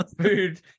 food